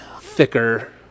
Thicker